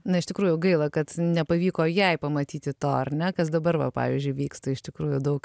na iš tikrųjų gaila kad nepavyko jai pamatyti to ar ne kas dabar va pavyzdžiui vyksta iš tikrųjų daug